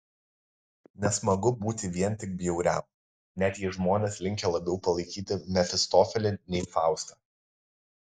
nesmagu būti vien tik bjauriam net jei žmonės linkę labiau palaikyti mefistofelį nei faustą